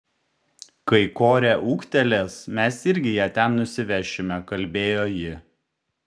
kai korė ūgtelės mes irgi ją ten nusivešime kalbėjo ji